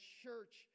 church